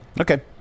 Okay